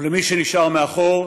או למי שנשאר מאחור,